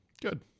Good